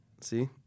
See